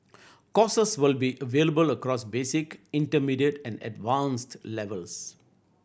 courses will be available across basic intermediate and advanced levels